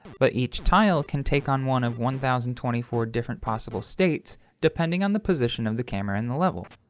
but each tile can take on one of one thousand and twenty four different possible states depending on the position of the camera in the level!